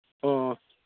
ꯑꯣ ꯑꯣ